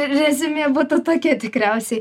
reziumė būtų tokia tikriausiai